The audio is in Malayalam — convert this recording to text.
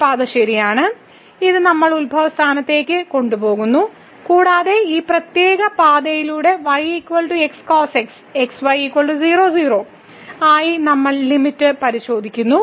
ഈ പാത ശരിയാണ് ഇത് നമ്മളെ 00 ലേക്ക് കൊണ്ടുപോകുന്നു കൂടാതെ ഈ പ്രത്യേക പാതയിലൂടെ y x cos x x y 00 ആയി നമ്മൾ ലിമിറ്റ് പരിശോധിക്കുന്നു